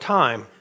time